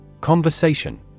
Conversation